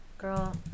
girl